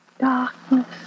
Darkness